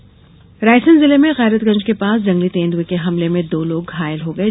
तेंदुआ हमला रायसेन जिले में गैरतगंज के पास जंगली तेंदुए के हमले में दो लोग घायल हो गये